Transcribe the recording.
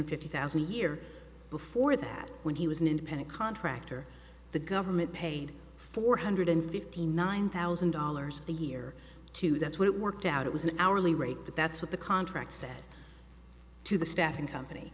hundred fifty thousand a year before that when he was an independent contractor the government paid four hundred fifty nine thousand dollars a year to that's what it worked out it was an hourly rate that that's what the contract said to the staffing company